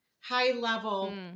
high-level